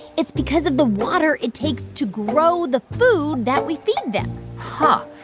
it's because of the water it takes to grow the food that we feed them huh.